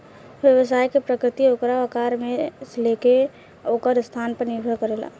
व्यवसाय के प्रकृति ओकरा आकार से लेके ओकर स्थान पर निर्भर करेला